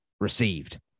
received